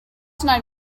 tonight